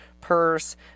purse